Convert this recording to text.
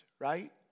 Right